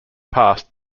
past